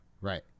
Right